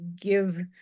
give